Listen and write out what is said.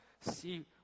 see